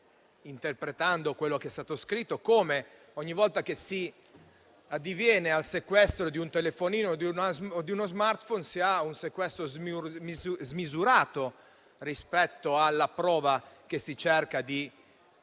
interpretando quello che è stato scritto, ha evidenziato come, ogni volta che si addiviene al sequestro di un telefonino o di uno *smartphone*, si ha un sequestro smisurato rispetto alla prova che è lo scopo